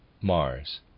Mars